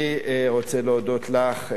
אני רוצה להודות לך,